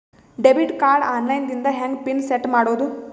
Debit card online ದಿಂದ ಹೆಂಗ್ PIN set ಮಾಡೋದು?